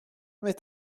mais